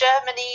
Germany